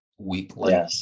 weekly